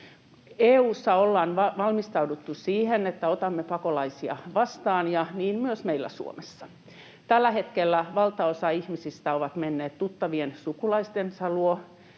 EU:ssa ollaan valmistauduttu siihen, että otamme pakolaisia vastaan, ja niin myös meillä Suomessa. Tällä hetkellä valtaosa ihmisistä on mennyt tuttaviensa, sukulaistensa luo